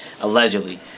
Allegedly